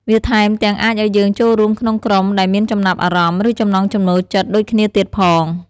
វាថែមទាំងអាចឱ្យយើងចូលរួមក្នុងក្រុមដែលមានចំណាប់អារម្មណ៍ ឬចំណង់ចំណូលចិត្តដូចគ្នាទៀតផង។